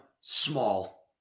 small